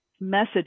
message